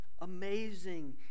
amazing